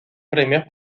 premios